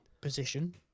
position